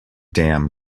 dam